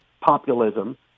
populism